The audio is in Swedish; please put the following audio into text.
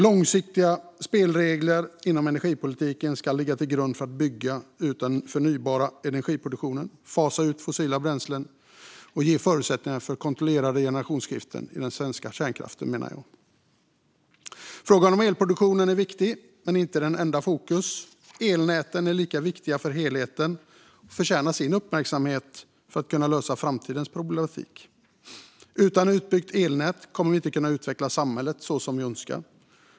Långsiktiga spelregler inom energipolitiken ska ligga till grund för att bygga ut den förnybara energiproduktionen, fasa ut fossila bränslen och ge förutsättningar för kontrollerade generationsskiften i den svenska kärnkraften, menar jag. Frågan om elproduktionen är viktig men inte det enda som ska vara i fokus. Elnäten är lika viktiga för helheten och förtjänar sin uppmärksamhet för att vi ska kunna lösa framtida problematik. Utan utbyggt elnät kommer vi inte att kunna utveckla samhället så som vi önskar.